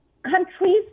Countries